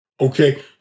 okay